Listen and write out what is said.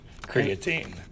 creatine